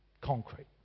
concrete